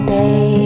day